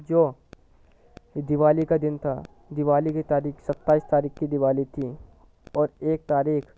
جو دیوالی کا دن تھا دیوالی کی تاریخ ستائیس تاریخ کی دیوالی تھی اور ایک تاریخ